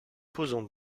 posons